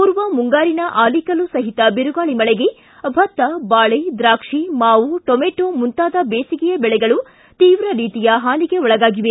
ಪೂರ್ವ ಮುಂಗಾರಿನ ಆಲಿಕಲ್ಲು ಸಹಿತ ಬಿರುಗಾಳಿ ಮಳೆಗೆ ಭತ್ತ ಬಾಳೆ ದ್ರಾಕ್ಷಿ ಮಾವು ಟೊಮೆಟೊ ಮುಂತಾದ ಬೇಸಿಗೆಯ ಬೆಳೆಗಳು ತೀವ್ರ ರೀತಿಯ ಹಾನಿಗೆ ಒಳಗಾಗಿವೆ